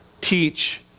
teach